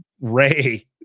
Ray